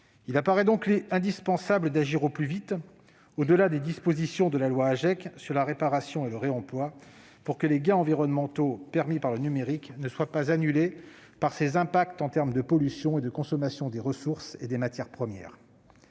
Il apparaît donc indispensable d'agir au plus vite, au-delà des dispositions de la loi AGEC, sur la réparation et le réemploi pour que les gains environnementaux permis par le numérique ne soient pas annulés par ses impacts en termes de pollution et de consommation de ressources et de matières premières.